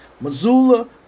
Missoula